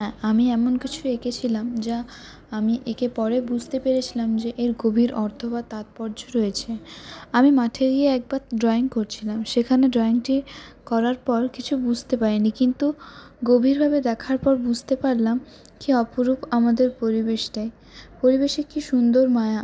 হ্যাঁ আমি এমন কিছু এঁকেছিলাম যা আমি এঁকে পরে বুঝতে পেরেছিলাম যে এর গভীর অর্থ বা তাৎপর্য রয়েছে আমি মাঠে গিয়ে একবার ড্রয়িং করছিলাম সেখানে ড্রয়িংটি করার পর কিছু বুঝতে পারিনি কিন্তু গভীরভাবে দেখার পর বুঝতে পারলাম কি অপরূপ আমাদের পরিবেশটাই পরিবেশের কি সুন্দর মায়া